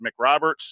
McRoberts